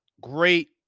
great